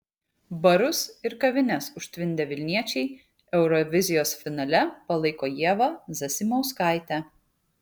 barus ir kavines užtvindę vilniečiai eurovizijos finale palaiko ievą zasimauskaitę